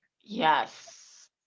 yes